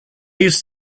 use